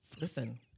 Listen